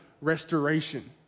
restoration